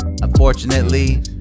Unfortunately